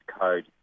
code